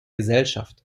gesellschaft